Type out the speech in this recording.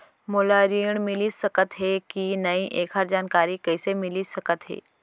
मोला ऋण मिलिस सकत हे कि नई एखर जानकारी कइसे मिलिस सकत हे?